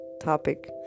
topic